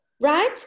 Right